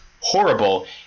horrible